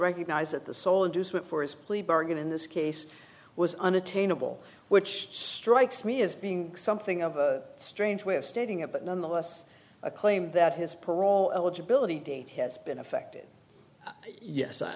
recognize that the sole inducement for his plea bargain in this case was unattainable which strikes me as being something of a strange way of stating it but nonetheless a claim that his parole eligibility date has been affected yes i